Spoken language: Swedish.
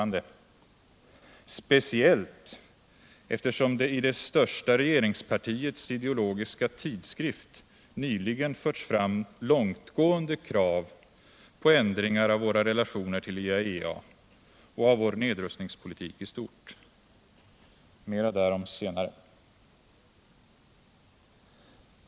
n.”, speciellt eftersom det i det största regeringspartiets ideologiska tidskrift nyligen förts fram långtgående krav på ändringar av våra relationer till IAEA och av vår nedrustningspolitik i stort. Mera därom senare.